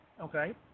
okay